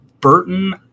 Burton